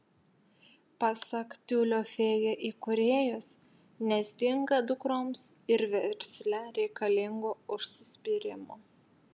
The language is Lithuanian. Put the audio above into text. pasak tiulio fėja įkūrėjos nestinga dukroms ir versle reikalingo užsispyrimo